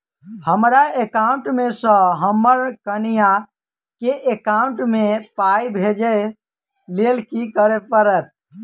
हमरा एकाउंट मे सऽ हम्मर कनिया केँ एकाउंट मै पाई भेजइ लेल की करऽ पड़त?